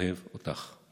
אוהב אותך."